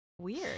weird